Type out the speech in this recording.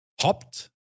hopped